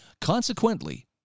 Consequently